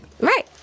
Right